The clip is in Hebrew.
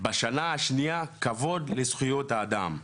בשנה השנייה, כבוד לזכויות האדם.